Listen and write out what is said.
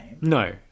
No